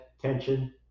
tension